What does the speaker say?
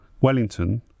Wellington